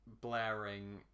blaring